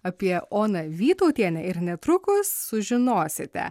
apie oną vytautienę ir netrukus sužinosite